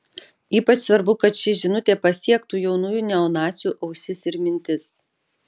ypač svarbu kad ši žinutė pasiektų jaunųjų neonacių ausis ir mintis